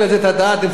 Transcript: אם צריך דיון,